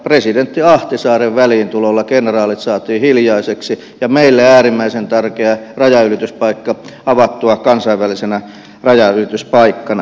presidentti ahtisaaren väliintulolla kenraalit saatiin hiljaiseksi ja meille äärimmäisen tärkeä rajanylityspaikka avattua kansainvälisenä rajanylityspaikkana